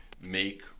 make